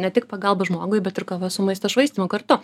ne tik pagalba žmogui bet ir kova su maisto švaistymu kartu